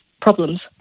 problems